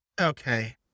Okay